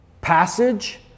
passage